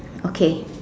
okay